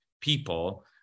people